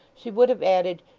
she would have added,